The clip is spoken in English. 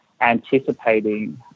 anticipating